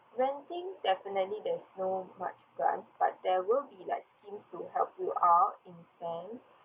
renting definitely there's no much grants but there will be like schemes to help you up in sense